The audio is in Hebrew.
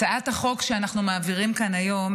הצעת החוק שאנחנו מעבירים כאן היום,